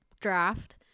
draft